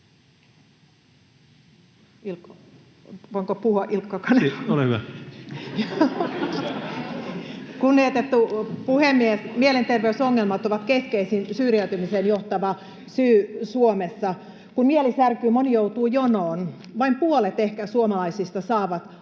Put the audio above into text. Kunnioitettu puhemies! Mielenterveysongelmat ovat keskeisin syrjäytymiseen johtava syy Suomessa. Kun mieli särkyy, moni joutuu jonoon. Ehkä vain puolet suomalaisista saa avun.